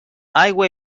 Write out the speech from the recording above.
aigua